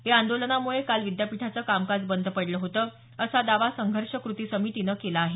या आंदोलनामुळे काल विद्यापीठाचे कामकाज बंद पडलं होतं असा दावा संघर्ष कृती समितीने केला आहे